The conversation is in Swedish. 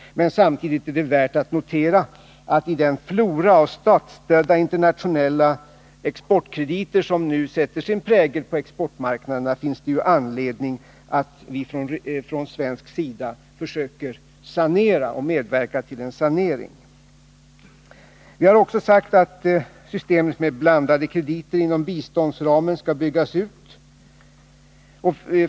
Samtidigt finns det all anledning att vi från svensk sida försöker medverka till en sanering av den flora av statsunderstödda internationella exportkrediter som nu sätter sin prägel på exportmarknaderna. Vi har också sagt att systemet med blandade krediter inom biståndsramen skall byggas ut.